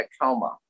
coma